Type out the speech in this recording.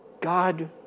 God